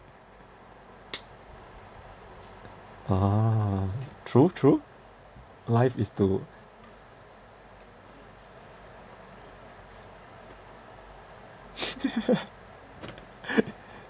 a'ah true true life is to